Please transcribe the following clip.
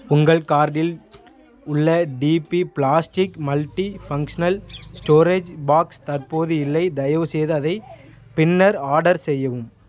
உங்கள் கார்ட்டில் உள்ள டிபி ப்ளாஸ்டிக் மல்டிஃபங்ஷனல் ஸ்டோரேஜ் பாக்ஸ் தற்போது இல்லை தயவுசெய்து அதை பின்னர் ஆர்டர் செய்யவும்